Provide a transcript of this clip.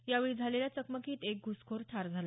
यावेळी झालेल्या चकमकीत एक घुसखोर ठार झाला